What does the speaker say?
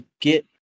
get